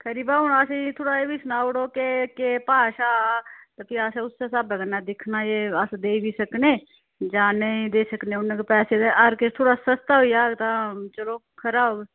खरी तां उ'न असेंगी थोह्ड़ा एह् बी सनाई उड़ो कि केह् एह् भाऽ छाऽ ते फ्ही अस उसै साह्बै कन्नै दिक्खना जे अस देई बी सकने जां नेईं देई सकने जां उ'न्ने पैसे हर इक थोह्ड़ा सस्ता होई जाग तां चलो खरा होग